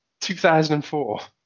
2004